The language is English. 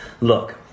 Look